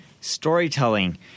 Storytelling